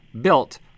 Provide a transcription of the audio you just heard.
built